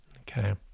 Okay